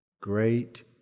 Great